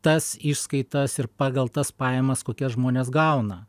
tas išskaitas ir pagal tas pajamas kokias žmonės gauna